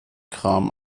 kram